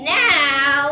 now